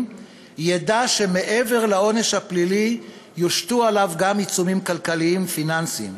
ידע שמעבר לעונש הפלילי יושתו עליו גם עיצומים כלכליים פיננסיים,